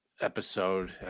episode